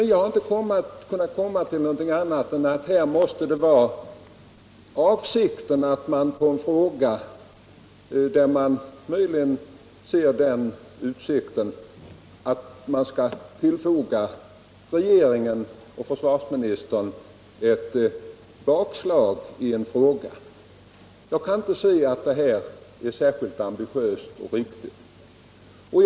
Jag har inte kunnat komma till något annat resultat än att man här ser en utsikt till att tillfoga regeringen och försvarsministern ett bakslag. Jag kan inte se att detta ståndpunktstagande är särskilt ambitiöst eller riktigt.